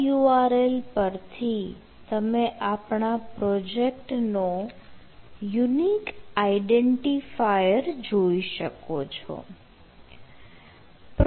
આ URL પરથી તમે આપણા પ્રોજેક્ટ નો યુનિક આઇડેન્ટીફાયર જોઈ શકો છો